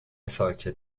ساکت